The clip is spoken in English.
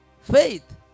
faith